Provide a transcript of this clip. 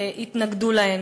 התנגדו להן.